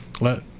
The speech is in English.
Let